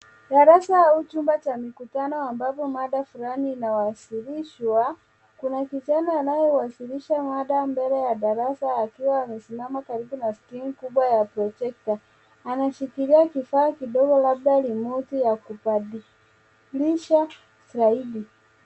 Darasa au chumba cha mkutano ambapo mada fulani inawasilishwa, kuna kijana anayewasilisha mada mbele ya darasa akiwa amesimama karibu na skrini kubwa ya projekta. Anashikilia kifaa kidogo labda rimoti ya kubadilisha zaidi.